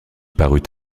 parut